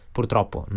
Purtroppo